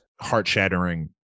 heart-shattering